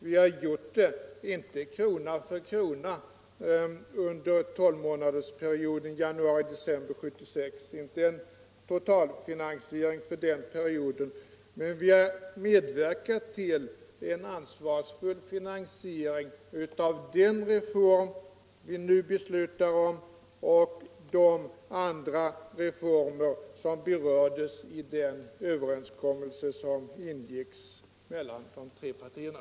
Vi har gjort det inte krona för krona under tolvmånadersperioden januari-december 1976, inte en total finansiering för den perioden, men vi har medverkat till en ansvarsfull finansiering av den reform vi nu beslutar om och de andra reformer som ingår i överenskommelsen mellan de tre partierna: